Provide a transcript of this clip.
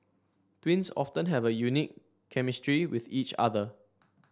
twins often have a unique chemistry with each other